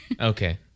Okay